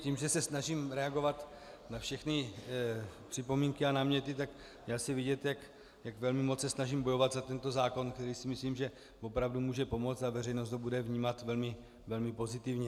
Tím, že se snažím reagovat na všechny připomínky a náměty, tak je asi vidět, jak velmi moc se snažím bojovat za tento zákon, který myslím, opravdu může pomoct a veřejnost ho bude vnímat velmi pozitivně.